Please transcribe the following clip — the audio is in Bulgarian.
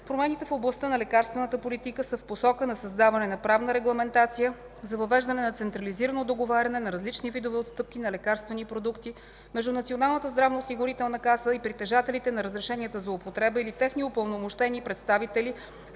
Промените в областта на лекарствената политика са в посока на: създаване на правна регламентация за въвеждане на централизирано договаряне на различни видове отстъпки на лекарствени продукти между Националната здравноосигурителна каса и притежателите на разрешения за употреба или техни упълномощени представители